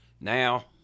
Now